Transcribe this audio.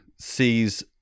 sees